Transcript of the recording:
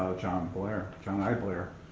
john blair, john i. blair.